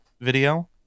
video